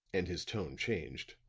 and his tone changed,